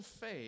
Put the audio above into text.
faith